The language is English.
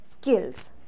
skills